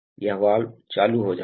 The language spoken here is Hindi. यह वाल्व चालू हो जाएगा